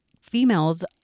females